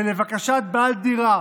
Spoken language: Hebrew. ולבקשת בעל דירה